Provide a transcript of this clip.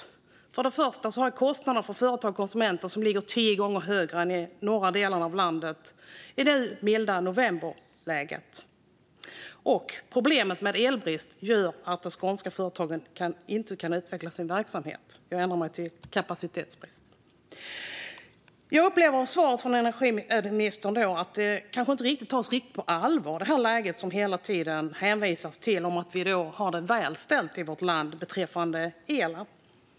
Till att börja med ligger kostnaderna för företag och konsumenter, nu i milda november, tio gånger högre än i de norra delarna av landet. Problemet med kapacitetsbrist leder också till att de skånska företagen inte kan utveckla sina verksamheter. Jag upplever energiministerns svar som att läget kanske inte tas riktigt på allvar. Det hänvisas hela tiden till att vi har det väl ställt i vårt land beträffande elen.